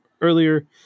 earlier